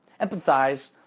empathize